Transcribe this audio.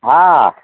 ହଁ